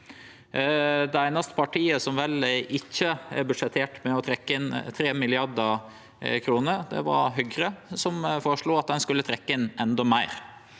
Det einaste partiet som vel ikkje budsjetterte med å trekkje inn 3 mrd. kr, var Høgre, som føreslo at ein skulle trekkje inn endå meir.